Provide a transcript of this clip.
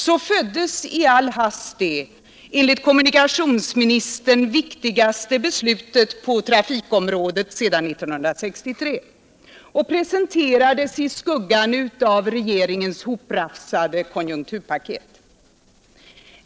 Så föddes i all hast det enligt kommunikationsministern ”viktigaste beslutet på trafikområdet sedan 1963” och presenterades i skuggan av regeringens hoprafsade konjunkturpaket.